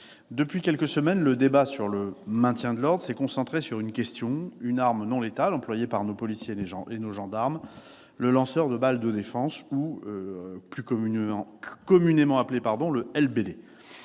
depuis quelques semaines, le débat sur le maintien de l'ordre public se concentre sur une arme non létale employée par nos policiers et gendarmes : le lanceur de balles de défense, plus communément appelé le LBD.